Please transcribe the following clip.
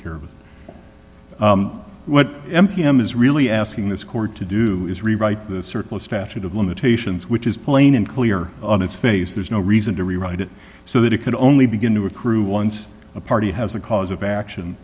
care of what m p s is really asking this court to do is rewrite the circle statute of limitations which is plain and clear on its face there's no reason to rewrite it so that it could only begin to accrue and a party has a cause of action